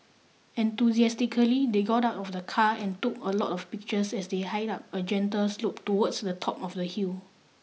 enthusiastically they got out of the car and took a lot of pictures as they hiked up a gentle slope towards the top of the hill